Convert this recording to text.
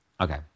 Okay